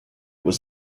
was